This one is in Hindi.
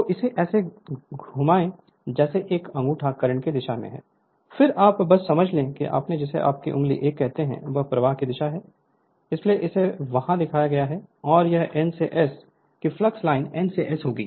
तो इसे ऐसे घुमाएं जैसे यह अंगूठा करंट की दिशा है फिर आप बस समझ लें कि जिसे आप उंगली 1 कहते हैं यह प्रवाह की दिशा है इसलिए इसे यहाँ दिखाया गया है और यह N से S कि फ्लक्स लाइन N से S होगी